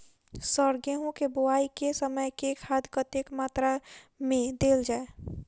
Sir गेंहूँ केँ बोवाई केँ समय केँ खाद कतेक मात्रा मे देल जाएँ?